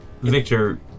Victor